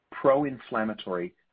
pro-inflammatory